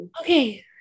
Okay